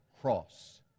cross